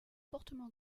fortement